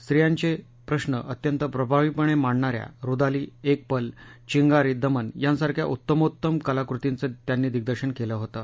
स्त्रियांचे प्रश्र अत्यंत प्रभावीपणे मांडणा या रुदाली एकपल चिंगारी दमन यांसारख्या उत्तामोत्तम कलाकृतींच त्यांनी दिग्दर्शन केलं होतं